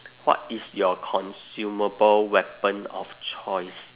what is your consumable weapon of choice